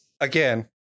Again